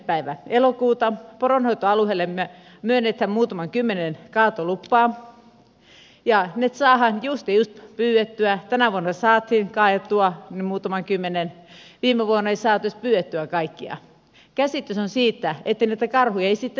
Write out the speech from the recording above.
päivä elokuuta poronhoitoalueellemme myönnetään muutama kymmenen kaatolupaa ja ne saadaan just ja just pyydettyä tänä vuonna saatiin kaadettua ne muutama kymmenen viime vuonna ei saatu edes pyydettyä kaikkia ja on se käsitys että näitä karhuja ei sitten olekaan